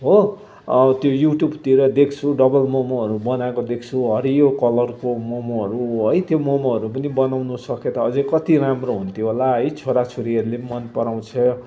हो त्यो युट्युबतिर देख्छु डबल ममहरू बनाएको देख्छु हरियो कलरको ममहरू है त्यो ममहरू पनि बनाउनु सके त अझ कति राम्रो हुन्थ्यो होला है छोराछोरीहरूले मन पराउँछ